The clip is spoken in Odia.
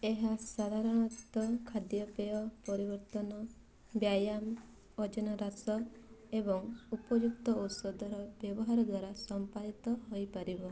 ଏହା ସାଧାରଣତଃ ଖାଦ୍ୟପେୟ ପରିବର୍ତ୍ତନ ବ୍ୟାୟାମ ଓଜନ ହ୍ରାସ ଏବଂ ଉପଯୁକ୍ତ ଔଷଧର ବ୍ୟବହାର ଦ୍ଵାରା ସମ୍ପାଦିତ ହୋଇପାରିବ